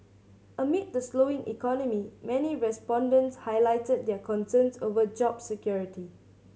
amid the slowing economy many respondents highlighted their concerns over job security